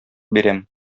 бирәм